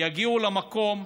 יגיעו למקום,